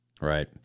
Right